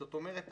זאת אומרת,